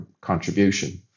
contribution